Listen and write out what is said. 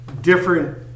different